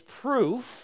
proof